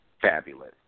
fabulous